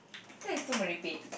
that is so merepek